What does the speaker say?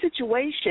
situation